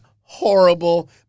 horrible